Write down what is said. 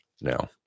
now